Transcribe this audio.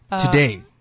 Today